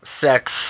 sex